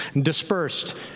Dispersed